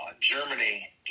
Germany